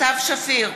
סתיו שפיר,